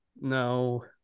No